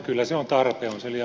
kyllä se on tarpeen